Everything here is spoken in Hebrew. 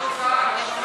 מה התוצאה?